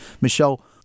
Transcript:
Michelle